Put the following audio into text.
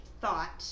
thought